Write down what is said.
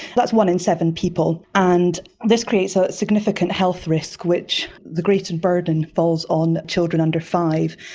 that's one in seven people, and this creates a significant health risk which the greater burden falls on children under five.